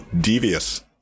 devious